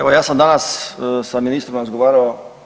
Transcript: Evo ja sam danas sa ministrom razgovarao.